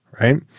right